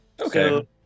Okay